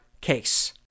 case